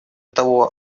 того